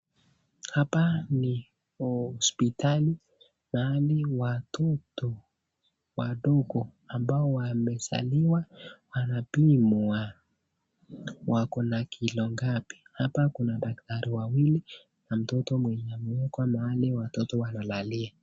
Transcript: Hapa ni hospitali, mahali watoto wadogo ambao wamezaliwa wanapimwa, wakona kilo ngapi. Hapa kuna daktari wawili na mtoto mwenye amewekwa mahali watoto wanalalia.